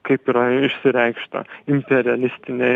kaip yra išsireikšta imperialistinė